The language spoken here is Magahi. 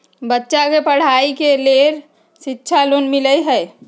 बच्चा के पढ़ाई के लेर शिक्षा लोन मिलहई?